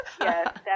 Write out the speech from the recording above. yes